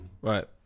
Right